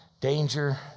danger